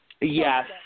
Yes